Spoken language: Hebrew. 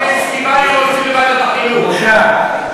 פסטיבל, בושה.